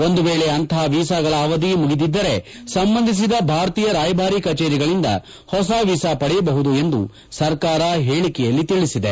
ಒಂದು ವೇಳೆ ಅಂತಹ ವೀಸಾಗಳ ಅವಧಿ ಮುಗಿದಿದ್ದರೆ ಸಂಬಂಧಿಸಿದ ಭಾರತೀಯ ರಾಯಭಾರಿ ಕಚೇರಿಗಳಿಂದ ಹೊಸ ವೀಸಾ ಪಡೆಯಬಹುದು ಎಂದು ಸರ್ಕಾರ ಹೇಳಿಕೆಯಲ್ಲಿ ತಿಳಿಸಿದೆ